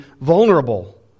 vulnerable